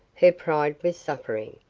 her pride was suffering.